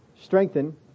strengthen